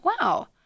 Wow